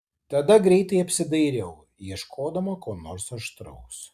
tada greitai apsidairau ieškodama ko nors aštraus